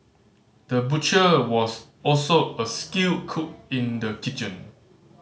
the butcher was also a skilled cook in the kitchen